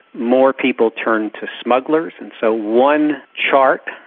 more people turned to smugglers and so one chart,